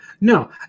No